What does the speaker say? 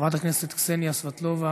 חברת הכנסת קסניה סבטלובה